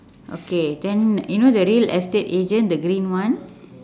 okay then you know the real estate agent the green one